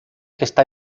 está